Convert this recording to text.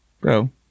Bro